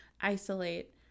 isolate